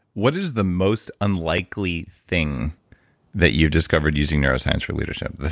what is the most unlikely thing that you discovered using neuroscience for leadership? the